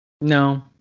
No